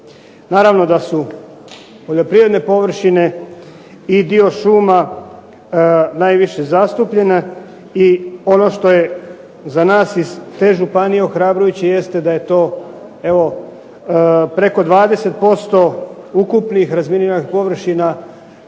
Naravno da su poljoprivredne površine i dio šuma najviše zastupljene i ono što je za nas iz te županije ohrabrujuće jeste da je to evo preko 20% ukupnih razminiranih površina